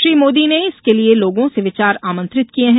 श्री मोदी ने इसके लिए लोगों से विचार आमंत्रित किये हैं